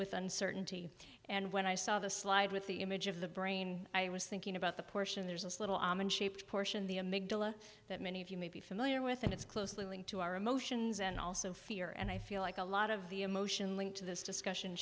with uncertainty and when i saw the slide with the image of the brain i was thinking about the portion there's a little almond shaped portion the amidala that many of you may be familiar with and it's closely linked to our emotions and also fear and i feel like a lot of the emotion linked to this discussion